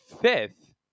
fifth